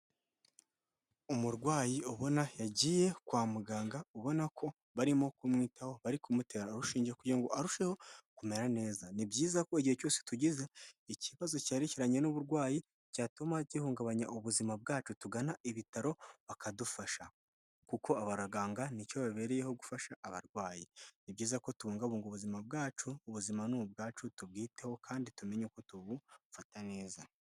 Umurwayi ubona yagiye kwa muganga ubona ko barimo kumwitaho bari kumutera urushingiye kugira ngo arusheho kumera neza. Ni byiza ko igihe cyose tugize ikibazo cyerekeranye n'uburwayi cyatuma gihungabanya ubuzima bwacu tugana ibitaro bakadufasha kuko abaganga nicyo bibereyeho gufasha abarwayi. Ni byiza ko tubungabunga ubuzima bwacu ubuzima ni ubwacu tubyiteho kandi tumenye uko tubufata neza.